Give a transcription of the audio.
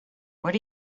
what